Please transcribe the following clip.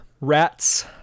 Rats